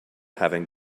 having